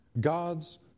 God's